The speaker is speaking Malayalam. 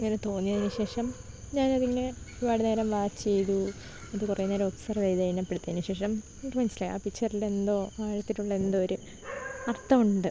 ഇങ്ങനെ തോന്നിയതിനു ശേഷം ഞാനതിങ്ങനെ ഒരുപാട് നേരം വാച്ച് ചെയ്തു അത് കുറേ നേരം ഒബ്സ്ര്വ് ചെയ്തു കഴിഞ്ഞപ്പോഴത്തേനു ശേഷം എനിക്ക് മനസ്സിലായി ആ പിക്ച്ചറിലെന്തോ ആഴത്തിലുള്ള എന്തോ ഒരു അര്ത്ഥം ഉണ്ട്